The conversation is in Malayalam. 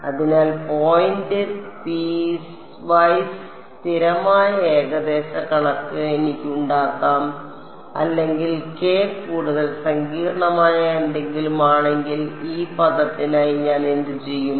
അതിനാൽ പോയിന്റ് പീസ്വൈസ് സ്ഥിരമായ ഏകദേശ കണക്ക് എനിക്ക് ഉണ്ടാക്കാം അല്ലെങ്കിൽ കെ കൂടുതൽ സങ്കീർണ്ണമായ എന്തെങ്കിലും ആണെങ്കിൽ ഈ പദത്തിനായി ഞാൻ എന്തുചെയ്യും